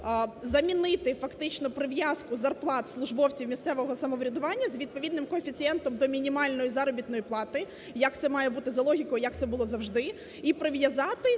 замінити, фактично, прив'язку зарплат службовців місцевого самоврядування з відповідним коефіцієнтом до мінімальної заробітної плати, як це має бути за логікою, як це було завжди і прив'язати